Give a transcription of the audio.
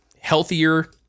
healthier